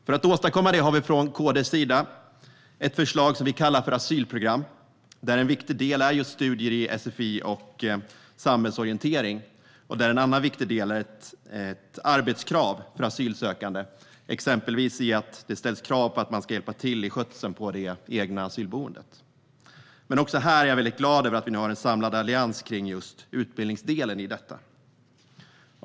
För att åstadkomma det har vi från KD:s sida ett förslag som vi kallar för asylprogram, där en viktig del är just studier i sfi och samhällsorientering. En annan viktig del är ett arbetskrav på asylsökande. Exempelvis ställs krav på att man ska hjälpa till med skötseln av det egna asylboendet. Jag är väldigt glad över att vi nu har en samlad allians också kring just utbildningsdelen i detta.